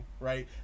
Right